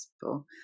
possible